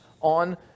on